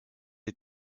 des